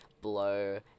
blow